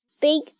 big